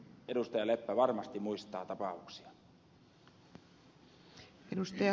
leppä varmasti muistaa tapauksia